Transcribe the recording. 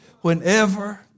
whenever